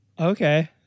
Okay